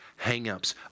hangups